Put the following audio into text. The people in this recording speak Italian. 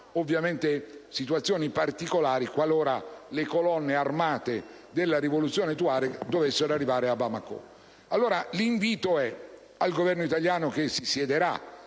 ovviamente situazioni particolari, qualora le colonne armate della rivoluzione Tuareg dovessero arrivare a Bamako. L'invito che rivolgo al Governo italiano che siederà